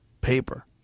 Paper